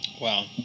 wow